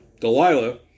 Delilah